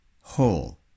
whole